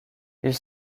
ils